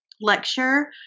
lecture